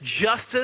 justice